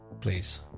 please